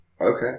Okay